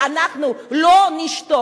ואנחנו לא נשתוק.